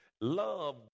Love